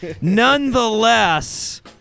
Nonetheless